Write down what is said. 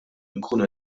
inkunu